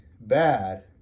bad